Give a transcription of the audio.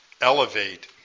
elevate